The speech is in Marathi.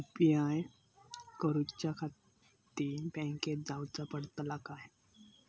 यू.पी.आय करूच्याखाती बँकेत जाऊचा पडता काय?